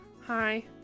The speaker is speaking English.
Hi